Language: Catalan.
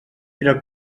era